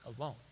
alone